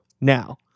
now